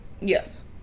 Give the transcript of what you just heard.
Yes